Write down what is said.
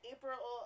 April